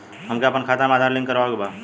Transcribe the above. हमके अपना खाता में आधार लिंक करावे के बा?